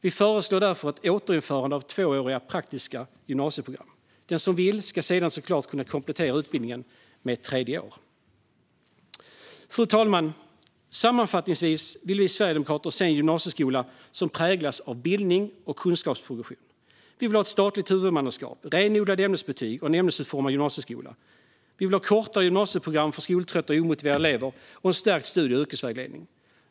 Vi föreslår därför ett återinförande av tvååriga praktiska gymnasieprogram. Den som vill ska sedan självklart kunna komplettera utbildningen med ett tredje år. Fru talman! Sammanfattningsvis vill vi sverigedemokrater se en gymnasieskola som präglas av bildning och kunskapsprogression. Vi vill ha ett statligt huvudmannaskap, renodlade ämnesbetyg och en ämnesutformad gymnasieskola. Vi vill ha kortare gymnasieprogram för skoltrötta och omotiverade elever och en stärkt studie och yrkesvägledning.